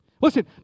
Listen